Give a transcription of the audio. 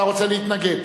אתה רוצה להתנגד?